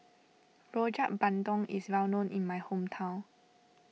Rojak Bandung is well known in my hometown